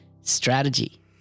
strategy